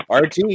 RT